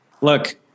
look